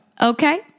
Okay